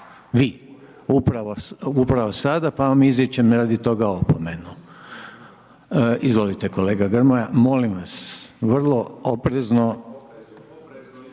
vi, upravo sada, pa vam izričem radi toga opomenu/… Izvolite kolega Grmoja, molim vas, vrlo oprezno.